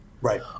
Right